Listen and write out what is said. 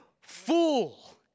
fool